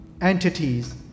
entities